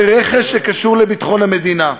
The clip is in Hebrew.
ורכש שקשור לביטחון המדינה.